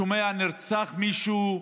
שומע שנרצח מישהו,